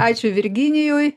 ačiū virginijui